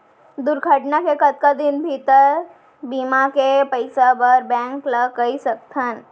दुर्घटना के कतका दिन भीतर बीमा के पइसा बर बैंक ल कई सकथन?